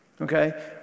okay